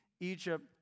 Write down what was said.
Egypt